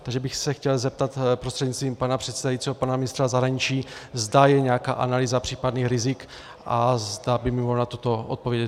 Takže bych se chtěl zeptat prostřednictvím pana předsedajícího pana ministra zahraničí, zda je nějaká analýza případných rizik a zda by mi mohl na toto odpovědět.